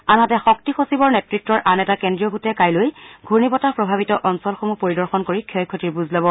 আনহাতে শক্তি সচিবৰ নেতৃত্ব আন এটা কেন্দ্ৰীয় গোটে কাইলৈ ঘূৰ্ণীবতাহ প্ৰভাৱিত অঞ্চলসমূহ পৰিদৰ্শন কৰি ক্ষয় ক্ষতিৰ বুজ ল'ব